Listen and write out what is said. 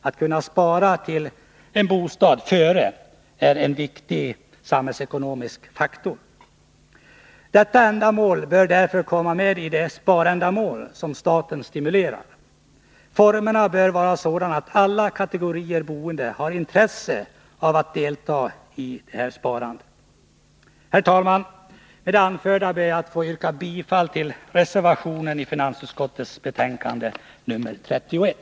Att kunna spara till en bostad är en viktig samhällsekonomisk faktor. Detta syfte bör därför komma med i de sparändamål som staten stimulerar. Formerna bör vara sådana att alla kategorier boende har intresse av att delta i sparandet. Herr talman! Med det anförda ber jag att få yrka bifall till reservationen till finansutskottets betänkande nr 31.